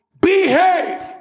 behave